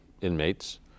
inmates